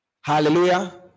Hallelujah